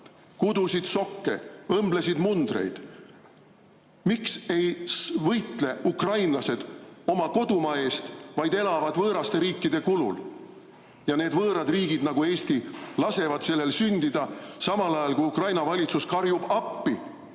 kudusid sokke, õmblesid mundreid. Miks ei võitle ukrainlased oma kodumaa eest, vaid elavad võõraste riikide kulul ja need võõrad riigid nagu Eesti lasevad sellel sündida, samal ajal kui Ukraina valitsus karjub appi,